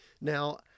Now